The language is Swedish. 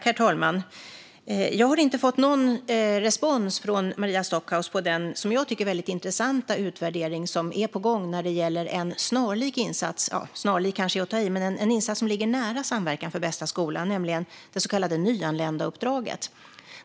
Herr talman! Jag har inte fått någon respons från Maria Stockhaus på den, tycker jag, väldigt intressanta utvärdering som är på gång när det gäller en insats som ligger nära Samverkan för bästa skola, nämligen det så kallade Nyanländauppdraget.